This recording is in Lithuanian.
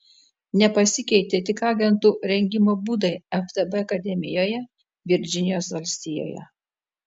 nepasikeitė tik agentų rengimo būdai ftb akademijoje virdžinijos valstijoje